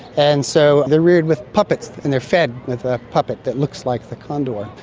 and so they are reared with puppets and they are fed with a puppet that looks like the condor,